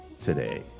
today